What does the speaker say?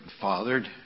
fathered